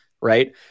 Right